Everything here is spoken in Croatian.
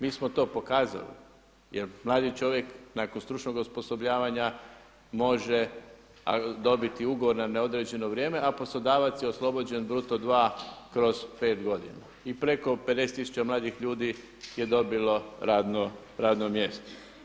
Mi smo to pokazali jer mladi čovjek nakon stručnog osposobljavanja može dobiti ugovor na neodređeno vrijeme, a poslodavac je oslobođen bruto dva kroz pet godina i preko 50 tisuća mladih ljudi je dobilo radno mjesto.